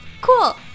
cool